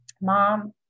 mom